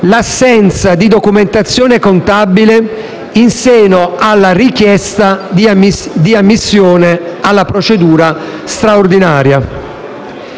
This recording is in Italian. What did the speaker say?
l'assenza di documentazione contabile in seno alla richiesta di ammissione alla procedura straordinaria.